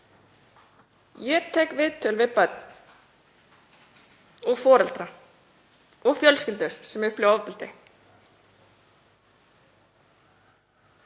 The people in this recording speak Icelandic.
Ég tek viðtöl við börn og foreldra og fjölskyldur sem upplifa ofbeldi